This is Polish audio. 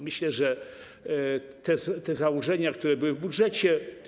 Myślę, że te założenia, które były w budżecie.